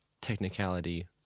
technicality